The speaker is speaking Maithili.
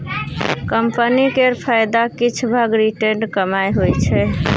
कंपनी केर फायदाक किछ भाग रिटेंड कमाइ होइ छै